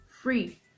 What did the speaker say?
free